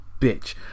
bitch